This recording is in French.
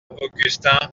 augustin